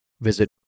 visit